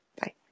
Bye